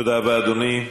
תודה רבה, אדוני.